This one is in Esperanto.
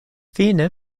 fine